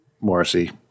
Morrissey